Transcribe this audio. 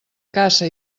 caça